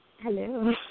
Hello